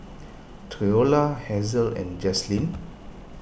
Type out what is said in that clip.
theola Hasel and Jazlynn